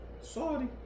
Sorry